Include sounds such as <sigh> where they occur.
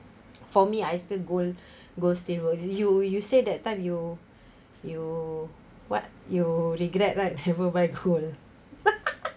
for me I still gold <breath> goes they will you you said that time you you what you regret right have a cool <laughs>